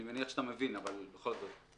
אני מניח שאתה מבין אבל בכל זאת.